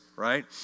right